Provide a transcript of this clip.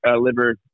liver